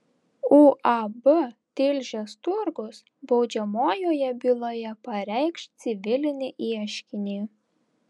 uab tilžės turgus baudžiamojoje byloje pareikš civilinį ieškinį